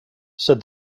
said